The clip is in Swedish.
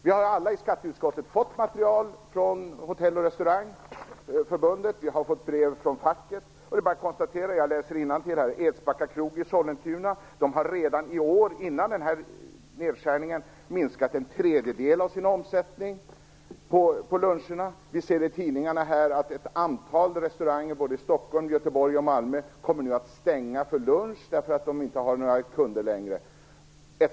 Vi har alla i skatteutskottet fått material från Hotell och Restaurang, vi har fått brev från facket. Där sägs att Edsbacka krog i Sollentuna redan i år, innan den här nedskärningen, har minskat en tredjedel av sin omsättning på luncherna. I tidningarna skriver man att ett antal restauranger i Stockholm, Göteborg och Malmö nu kommer att stänga under lunchtid därför att man inte har några kunder längre.